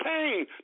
pain